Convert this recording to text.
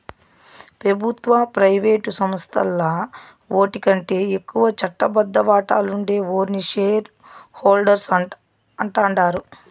పెబుత్వ, ప్రైవేటు సంస్థల్ల ఓటికంటే ఎక్కువ చట్టబద్ద వాటాలుండే ఓర్ని షేర్ హోల్డర్స్ అంటాండారు